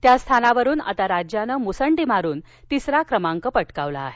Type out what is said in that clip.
त्या स्थानावरून आता राज्यानं मुसंडी मारून तिसरा क्रमांक पटकाविला आहे